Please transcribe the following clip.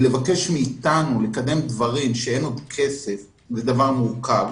ולבקש מאתנו לקדם דברים כשאין עוד כסף זה דבר מורכב,